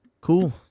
Cool